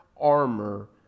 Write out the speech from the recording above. armor